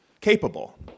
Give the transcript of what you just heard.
capable